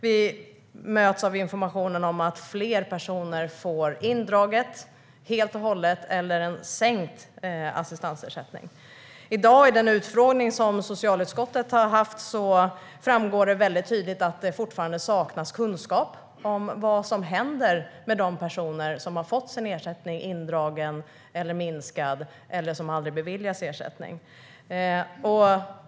Vi möts av information om att fler personer får ersättningen helt indragen eller sänkt. I dag i den utfrågning som socialutskottet höll framgick det tydligt att det fortfarande saknas kunskap om vad som händer med de personer som har fått ersättningen indragen eller minskad eller som aldrig beviljats ersättning.